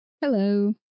Hello